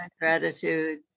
gratitude